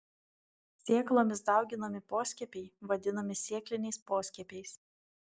sėklomis dauginami poskiepiai vadinami sėkliniais poskiepiais